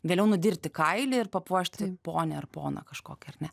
vėliau nudirti kailį ir papuošti ponią ar poną kažkokį ar ne